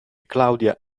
claudia